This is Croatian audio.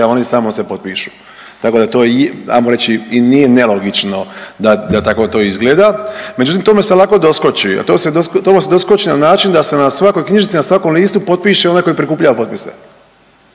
a oni samo se potpišu, tako da to, ajmo reći i nije nelogično da tako to izgleda, međutim, tome se lako doskoči, a tome se doskoči na način da se na svakoj knjižici, na svakom listu potpiše onaj tko je prikupljao potpise,